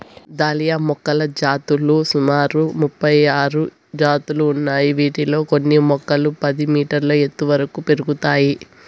dahlia మొక్కల జాతులు సుమారు ముపై ఆరు జాతులు ఉన్నాయి, వీటిలో కొన్ని మొక్కలు పది మీటర్ల ఎత్తు వరకు పెరుగుతాయి